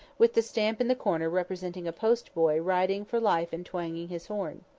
with the stamp in the corner representing a post-boy riding for life and twanging his horn.